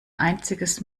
einziges